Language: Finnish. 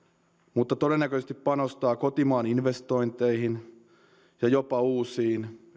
mutta todennäköisesti panostaa kotimaan investointeihin ja jopa uusiin